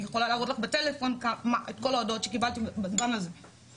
ואני יכולה להראות לך בטלפון את כל ההודעות שקיבלתי בזמן הזה,